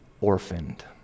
orphaned